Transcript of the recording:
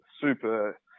super